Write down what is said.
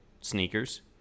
sneakers